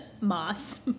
Moss